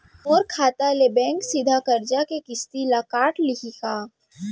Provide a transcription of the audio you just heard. मोर खाता ले बैंक सीधा करजा के किस्ती काट लिही का?